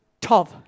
Tov